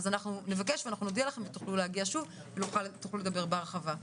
אז אנחנו נבקש ונודיע לכם ותוכלו להגיע שוב ותוכלו לדבר בהרחבה,